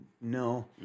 No